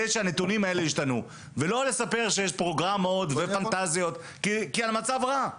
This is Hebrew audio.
שהנתונים האלה ישתנו ולא לספר שיש פרוגרמות ופנטזיות כי המצב רע.